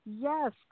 Yes